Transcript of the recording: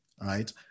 right